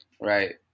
Right